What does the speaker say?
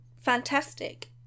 fantastic